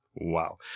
Wow